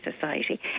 society